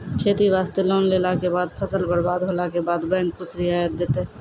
खेती वास्ते लोन लेला के बाद फसल बर्बाद होला के बाद बैंक कुछ रियायत देतै?